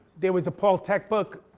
there was a paul thek book,